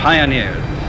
Pioneers